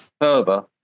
further